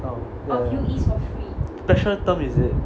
!wow! special tum is it